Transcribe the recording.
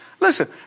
Listen